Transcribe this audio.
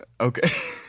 Okay